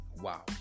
wow